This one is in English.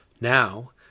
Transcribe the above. Now